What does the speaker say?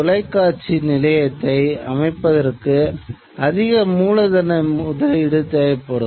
மேலும் இந்த தேசிய நிகழ்ச்சிகள் டெல்லியில் இருந்து கடத்தப்படும்